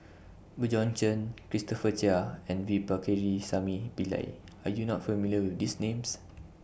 Bjorn Chen Christopher Chia and V Pakirisamy Pillai Are YOU not familiar with These Names